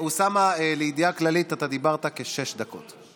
אוסאמה, לידיעה כללית, אתה דיברת כשש דקות.